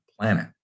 planet